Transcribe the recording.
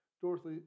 Dorothy